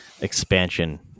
expansion